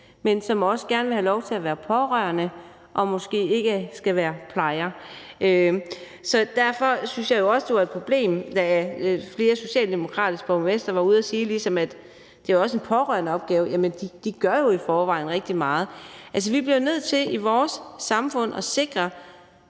men som også gerne vil have lov til at være pårørende og måske ikke skal være plejere. Så derfor synes jeg også, det var et problem, da flere socialdemokratiske borgmestre var ude og sige, at det ligesom også er en pårørendeopgave. Jamen de gør jo i forvejen rigtig meget. Vi bliver i vores samfund nødt til